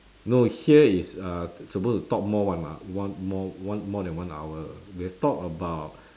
no here is uh supposed to talk more [one] lah one more one more than one hour we have talked about